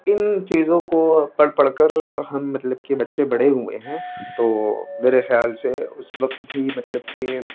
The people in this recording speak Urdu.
ان چیزوں کو پڑھ پڑھ کر ہم مطلب کہ بچے بڑے ہوئے ہیں تو میرے خیال سے اس وقت بھی مطلب کہ